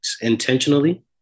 intentionally